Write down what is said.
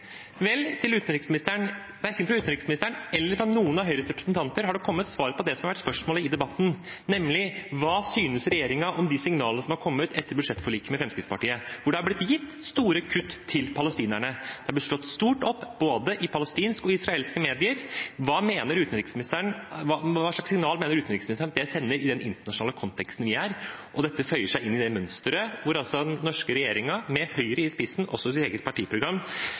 Til utenriksministeren: Verken fra utenriksministeren eller fra noen av Høyres representanter har det kommet svar på det som har vært spørsmålet i debatten, nemlig: Hva synes regjeringen om de signalene som har kommet etter budsjettforliket med Fremskrittspartiet, hvor det er blitt store kutt til palestinerne? Det er blitt slått stort opp i både palestinske og israelske medier. Hva slags signal mener utenriksministeren at det sender i den internasjonale konteksten vi er i? Dette føyer seg inn i mønsteret hvor den norske regjeringen – med Høyre i spissen, også i deres eget partiprogram